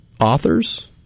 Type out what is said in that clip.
authors